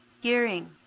hearing